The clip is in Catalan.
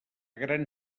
gran